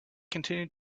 continued